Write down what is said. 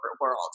world